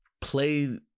play